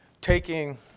taking